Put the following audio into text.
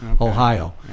Ohio